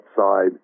outside